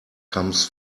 comes